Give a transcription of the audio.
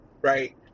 right